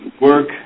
Work